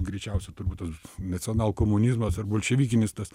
greičiausia turbūt tas nacionalkomunizmas ar bolševikinis tas